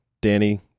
Danny